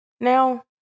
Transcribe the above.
Now